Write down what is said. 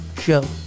show